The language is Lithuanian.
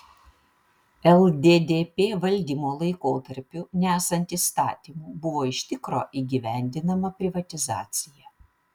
lddp valdymo laikotarpiu nesant įstatymų buvo iš tikro įgyvendinama privatizacija